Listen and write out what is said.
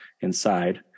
inside